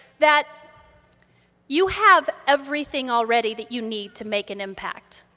that you have everything already that you need to make an impact,